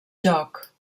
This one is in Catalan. joc